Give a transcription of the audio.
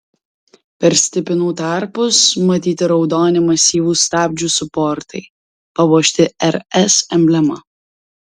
per stipinų tarpus matyti raudoni masyvūs stabdžių suportai papuošti rs emblema